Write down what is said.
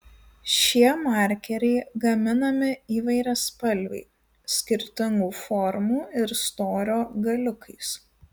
šie markeriai gaminami įvairiaspalviai skirtingų formų ir storio galiukais